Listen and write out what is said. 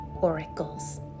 oracles